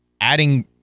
adding